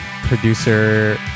producer